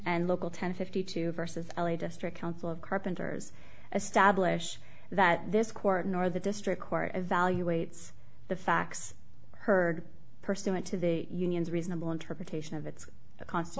and local ten fifty two versus l a district council of carpenters establish that this court nor the district court evaluates the facts heard pursuant to the union's reasonable interpretation of its const